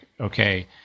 okay